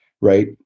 right